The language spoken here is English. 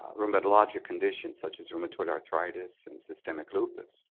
rheumatologic conditions such as rheumatoid arthritis and systemic lupus.